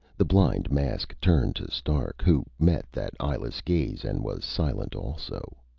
the blind mask turned to stark, who met that eyeless gaze and was silent also.